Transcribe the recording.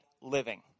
living